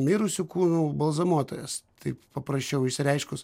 mirusių kūnų balzamuotojas taip paprasčiau išsireiškus